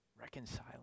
Reconciling